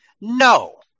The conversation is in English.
No